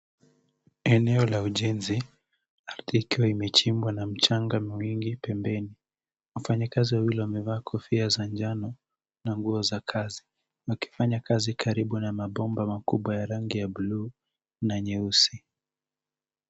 Eneo la ujenzi, ardhi ikiwa imechimbwa na mchanga pembeni. Wafanyikazi wawili wamevaa kofia za njano na nguo za kazi wakifanya kazi karibu na mabomba makubwa ya rangi ya buluu na nyeusi.